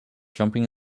jumping